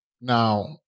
Now